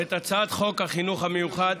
את הצעת חוק החינוך המיוחד